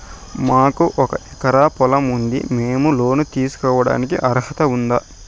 మాకు ఒక ఎకరా పొలం ఉంది మేము లోను తీసుకోడానికి అర్హత ఉందా